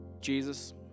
Jesus